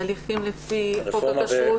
הליכים לפי חוק הכשרות --- אני מציע